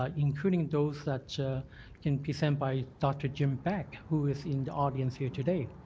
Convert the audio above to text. ah including those that can be sent by dr. jim beck who is in the audience here today.